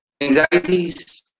anxieties